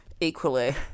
equally